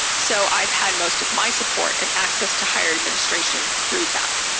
so i've had most of my support and access to higher administration through that.